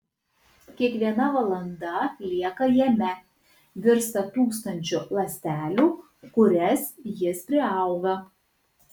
kiekviena valanda lieka jame virsta tūkstančiu ląstelių kurias jis priauga